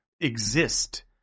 exist